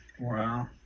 Wow